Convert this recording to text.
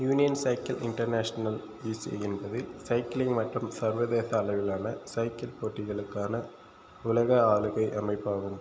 union cycle international UCI என்பது cycling மற்றும் சர்வதேச அளவிலான சைக்கிள் போட்டிகளுக்கான உலக ஆளுகை அமைப்பாகும்